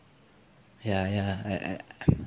ya ya like